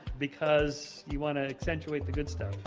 because you want to accentuate the good stuff.